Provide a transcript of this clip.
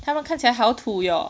他们看起来好土哦